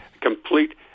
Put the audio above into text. Complete